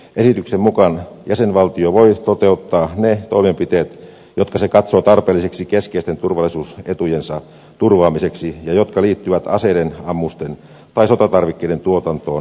esityksen mukaan jäsenvaltio voi toteuttaa ne toimenpiteet jotka se katsoo tarpeelliseksi keskeisten turvallisuusetujensa turvaamiseksi ja jotka liittyvät aseiden ammusten tai sotatarvikkeiden tuotantoon ja kauppaan